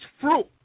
fruit